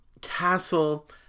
Castle